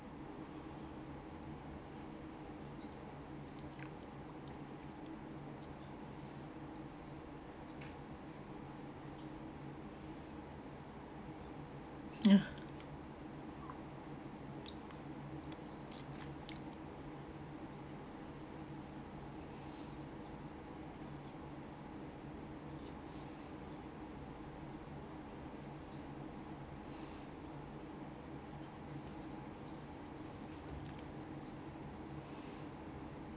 ya